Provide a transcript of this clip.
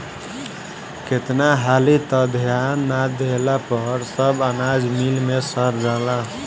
केतना हाली त ध्यान ना देहला पर सब अनाज मिल मे सड़ जाला